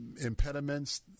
impediments